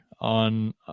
on